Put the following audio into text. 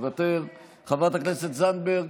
מוותר, חברת הכנסת זנדברג,